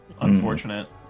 Unfortunate